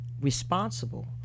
responsible